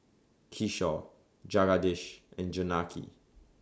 Kishore Jagadish and Janaki